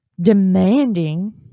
demanding